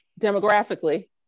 Demographically